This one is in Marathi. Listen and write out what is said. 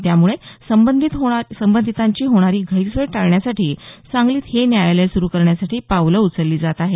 त्यामुळे संबंधितांची होणारी गैरसोय टाळण्यासाठी सांगलीत हे न्यायालय सुरू करण्यासाठी पावलं उचलली जात आहे